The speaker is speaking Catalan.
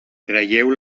traieu